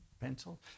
pencil